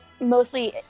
mostly